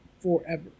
forever